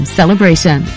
celebration